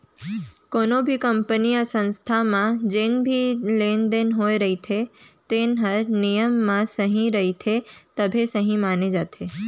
कोनो भी कंपनी य संस्था म जेन भी लेन देन होए रहिथे तेन ह नियम म सही रहिथे तभे सहीं माने जाथे